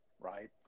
right